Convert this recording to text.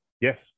Yes